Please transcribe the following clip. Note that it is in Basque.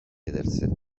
edertzen